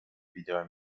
بیدار